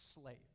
Slave